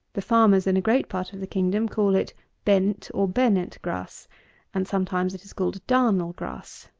the farmers, in a great part of the kingdom, call it bent, or bennett, grass and sometimes it is galled darnel-grass.